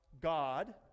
God